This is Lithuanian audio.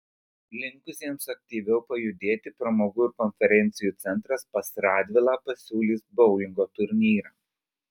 linkusiems aktyviau pajudėti pramogų ir konferencijų centras pas radvilą pasiūlys boulingo turnyrą